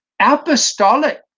apostolic